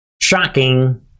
Shocking